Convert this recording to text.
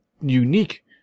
unique